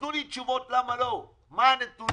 תנו לי תשובות למה לא, מה הנתונים.